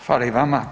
Hvala i vama.